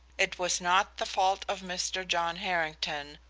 it was not the fault of mr. john harrington,